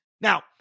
Now